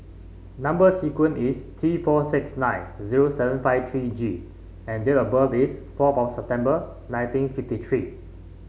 number sequence is T four six nine zero seven five three G and date of birth is four September nineteen fifty three